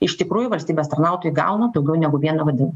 iš tikrųjų valstybės tarnautojai gauna daugiau negu vieną vdu